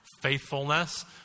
faithfulness